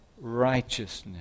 righteousness